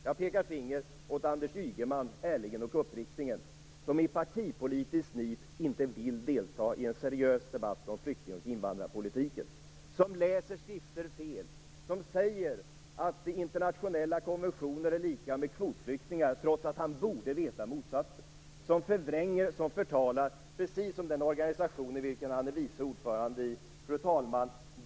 Jag pekar finger åt Anders Ygeman ärligt och uppriktigt, som i partipolitisk nit inte vill delta i en seriös debatt om flykting och invandrarpolitiken, som läser skrifter fel, som säger att internationella konventioner är lika med kvotflyktingar trots att han borde veta motsatsen. Han förvränger och förtalar, precis som den organisation i vilken han är vice ordförande. Fru talman!